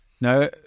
no